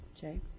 Jay